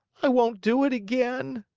i won't do it again.